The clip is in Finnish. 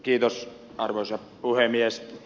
kiitos arvoisa puhemies